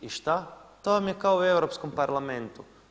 I šta, to vam je kao u Europskom parlamentu.